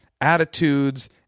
attitudes